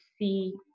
see